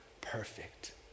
perfect